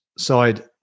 side